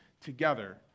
together